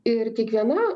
ir kiekviena